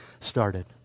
started